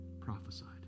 prophesied